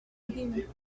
you